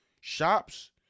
shops